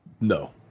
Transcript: No